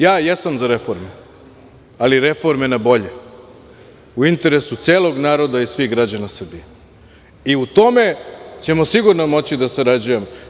Ja jesam za reforme, ali reforme na bolje, u interesu celog naroda i svih građana Srbije i u tome ćemo sigurno moći da sarađujemo.